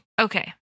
Okay